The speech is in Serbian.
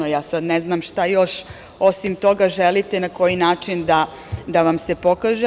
Ja sad ne znam šta još osim toga želite i na koji način da vam se pokaže?